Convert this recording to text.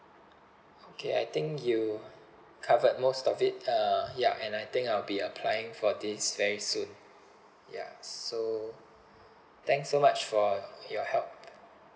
okay I think you covered most of it uh ya and I think I'll be applying for this thanks very soon ya so thanks so much for your help